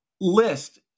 list